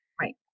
Right